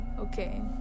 Okay